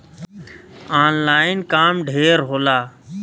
online काम ढेर होला